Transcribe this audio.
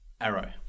Arrow